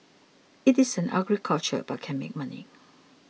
it is an ugly culture but can make money